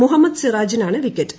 മുഹമ്മദ് സിറാജിനാണ് വിക്കറ്റ്